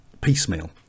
piecemeal